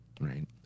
right